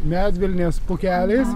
medvilnės pūkeliais